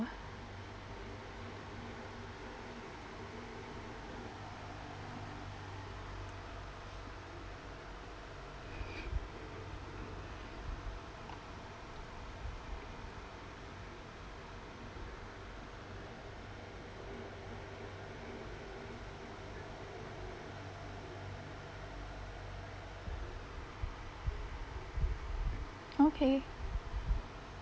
okay